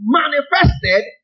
manifested